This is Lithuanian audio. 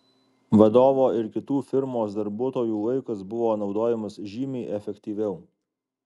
vadovo ir kitų firmos darbuotojų laikas buvo naudojamas žymiai efektyviau